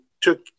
took